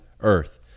earth